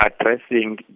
addressing